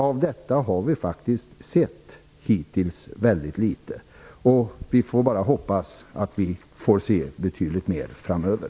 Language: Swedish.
Av detta har vi faktiskt hittills sett väldigt litet, och vi får bara hoppas att vi får se betydligt mer av det framöver.